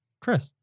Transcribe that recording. Chris